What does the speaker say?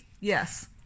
Yes